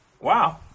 Wow